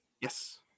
Yes